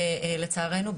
לצערנו,